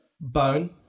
bone